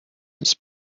his